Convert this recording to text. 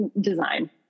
design